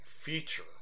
feature